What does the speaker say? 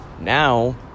now